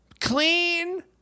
clean